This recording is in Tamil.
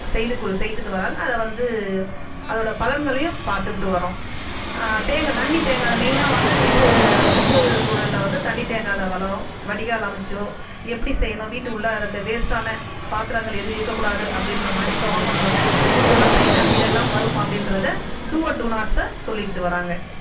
செய்து கொள் செய்துகிட்டு வராங்க அதை வந்து அதோட பலன்களையும் பார்த்துக்கிட்டு வர்கிறோம் தேங்க தண்ணி தேங்காத மெயினாக வந்து வீட்டு சுற்றுசூழலில் வந்து தண்ணி தேங்காத வளம் வடிகால் அமைத்தோ எப்படி செய்யணும் வீட்டு உள்ளார இருக்க வேஸ்ட்டான பாத்திரங்கள் எதுவும் இருக்கக்கூடாது அப்படிகிற மாதிரி கவர்ன்மெண்ட் வந்து இதெலாம் செய்தால் இதெல்லாம் வரும் அப்படின்றதை டூ அண்ட் டூநாட்ஸ் சொல்லிக்கிட்டு வராங்க